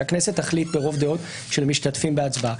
שהכנסת תחליט ברוב דעות של המשתתפים בהצבעה,